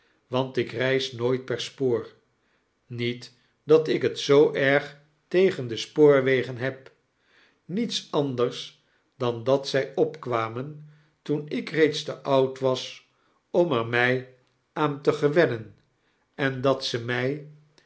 want ik reis nooit per spoor niet dat ik het zoo erg tegen de spoorwegen heb niets anders dan dat zy opkwamen toen ik reeds te oud was om er mij aan te gewennen en dat ze mij